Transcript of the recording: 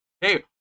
Hey